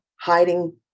hiding